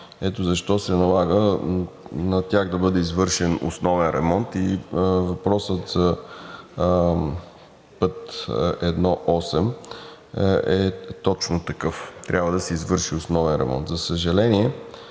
ето защо се налага на тях да бъде извършен основен ремонт. Въпросът за път I-8 е точно такъв – трябва да се извърши основен ремонт. За съжаление,